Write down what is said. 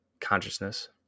consciousness